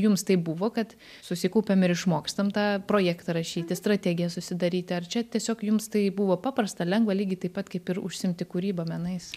jums taip buvo kad susikaupiam ir išmokstam tą projektą rašyti strategiją susidaryti ar čia tiesiog jums tai buvo paprasta lengva lygiai taip pat kaip ir užsiimti kūryba menais